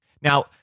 Now